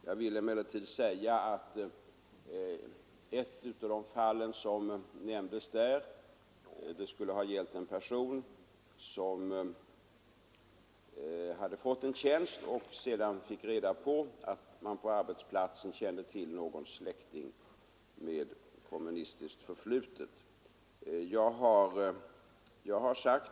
Jag vill emellertid något beröra ett av de fall som nämndes. Det skulle ha gällt en person som hade fått en tjänst och som fick reda på att man på arbetsplatsen kände till någon släkting med kommunistiskt förflutet.